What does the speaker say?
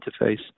interface